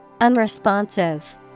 unresponsive